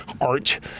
art